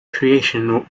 creation